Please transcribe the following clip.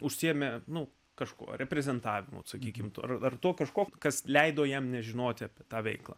užsiėmė nuo kažko reprezentavimo sakykime ar to kažko kas leido jam nežinoti apie tą veiklą